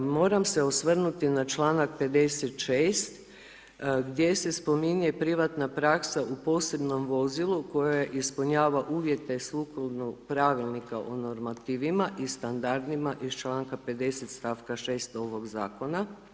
Moram se osvrnuti na čl. 56. gdje se spominje privatna praksa u posebnom vozilu koja ispunjava uvijete sukladno pravilnika o normativima i standardima iz čl. 50. stavka 6 ovog zakona.